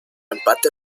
empate